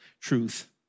truth